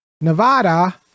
nevada